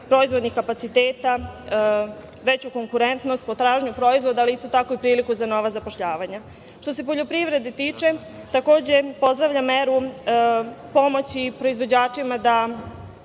proizvodnih kapaciteta, veću konkurentnost, potražnju proizvoda, ali isto tako priliku za nova zapošljavanja. Što se poljoprivrede tiče, takođe, pozdravljam meru pomoći proizvođačima da